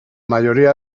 mayoría